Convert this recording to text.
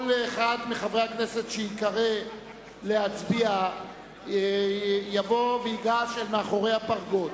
כל אחד מחברי הכנסת שייקרא להצביע יבוא וייגש אל מאחורי הפרגוד.